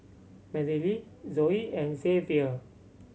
Merrily Zoey and Xzavier